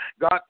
God